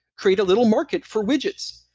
create a little market for widgets,